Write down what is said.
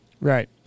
Right